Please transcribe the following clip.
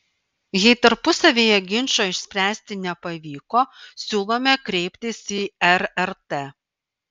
jei tarpusavyje ginčo išspręsti nepavyko siūlome kreiptis į rrt